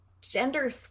gender